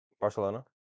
Barcelona